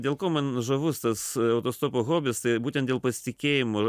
dėl ko man žavus tas autostopo hobis tai būtent dėl pasitikėjimo